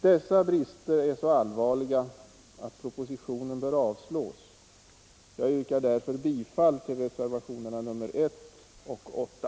Dessa brister är så allvarliga att propositionen bör avslås. Jag yrkar därför bifall till reservationerna 1 och 8.